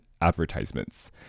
advertisements